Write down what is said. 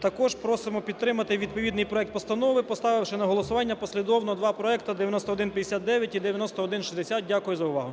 Також просимо підтримати відповідний проект постанови, поставивши на голосування послідовно два проекти 9159 і 9160. Дякую за увагу.